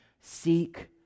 seek